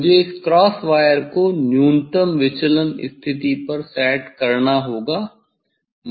मुझे इस cross wire को न्यूनतम विचलन स्थिति पर सेट करना होगा